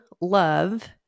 love